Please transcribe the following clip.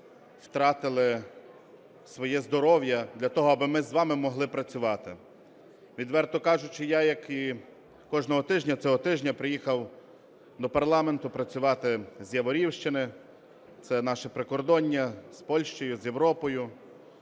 втратили своє здоров'я для того, аби ми з вами могли працювати. Відверто кажучи, я, як і кожного тижня, цього тижня приїхав до парламенту працювати з Яворівщини, це наше прикордоння з Польщею, з Європою,